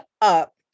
up